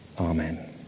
Amen